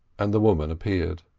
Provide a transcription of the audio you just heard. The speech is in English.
and the woman appeared.